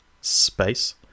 space